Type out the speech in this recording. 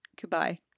Goodbye